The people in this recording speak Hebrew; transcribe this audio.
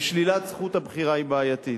ושלילת זכות הבחירה היא בעייתית.